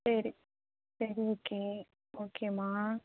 சரி சரி ஓகே ஓகேம்மா